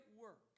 work